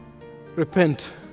repent